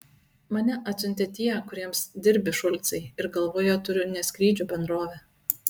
mane atsiuntė tie kuriems dirbi šulcai ir galvoje turiu ne skrydžių bendrovę